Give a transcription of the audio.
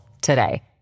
today